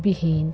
বিহীন